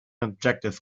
objective